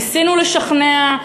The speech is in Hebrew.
ניסינו לשכנע,